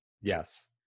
Yes